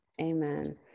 amen